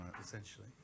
essentially